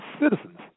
citizens